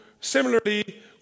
similarly